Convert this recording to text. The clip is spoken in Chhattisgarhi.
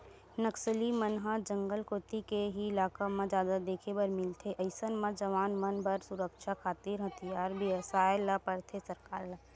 नक्सली मन ह जंगल कोती के ही इलाका म जादा देखे बर मिलथे अइसन म जवान मन बर सुरक्छा खातिर हथियार बिसाय ल परथे सरकार ल